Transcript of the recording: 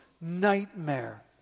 nightmare